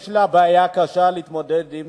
יש לה בעיה קשה להתמודד עם